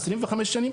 25-20 שנים.